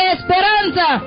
Esperanza